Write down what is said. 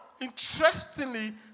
interestingly